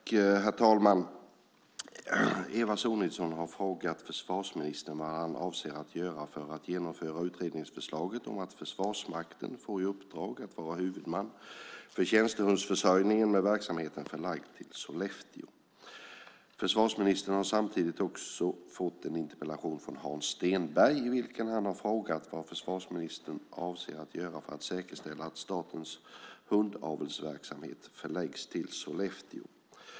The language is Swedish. Herr talman! Eva Sonidsson har frågat försvarsministern vad han avser att göra för att genomföra utredningsförslaget som innebär att Försvarsmakten får i uppdrag att vara huvudman för tjänstehundsförsörjningen med verksamheten förlagd till Sollefteå. Försvarsministern har samtidigt också fått en interpellation från Hans Stenberg i vilken han har frågat vad försvarsministern avser att göra för att säkerställa att statens hundavelsverksamhet förläggs till Sollefteå.